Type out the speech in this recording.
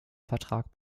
vertrag